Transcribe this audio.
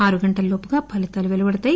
ఆరు గంటల్లోపుగా ఫలితాలు వెలువడతాయి